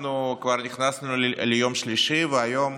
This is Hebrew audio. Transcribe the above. אנחנו כבר נכנסנו ליום שלישי, והיום